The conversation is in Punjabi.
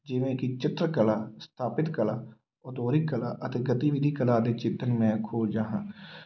ਜਿਵੇਂ ਕਿ ਚਿੱਤਰਕਲਾ ਸਥਾਪਿਤ ਕਲਾ ਕਲਾ ਅਤੇ ਗਤੀਵਿਧੀ ਕਲਾ ਦੇ ਚਿੱਤਰ ਮੈਂ ਖੋਜਦਾ ਹਾਂ